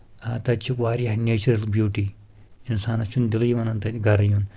تَتہِ چھِ واریاہ نیچرَل بیوٹی انسانس چھُنہٕ دِلٕے وَنان تَتہِ گرٕ یُن